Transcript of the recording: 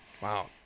wow